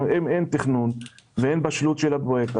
אם אין תכנון ואין בשלות של הפרויקט,